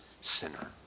sinner